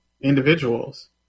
individuals